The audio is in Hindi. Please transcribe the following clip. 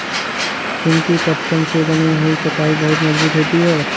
पिंकी पटसन से बनी हुई चटाई बहुत मजबूत होती है